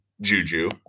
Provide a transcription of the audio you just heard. Juju